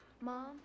Mom